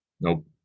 Nope